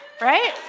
Right